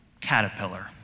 caterpillar